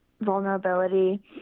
vulnerability